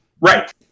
right